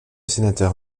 sénateur